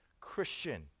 Christian